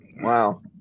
wow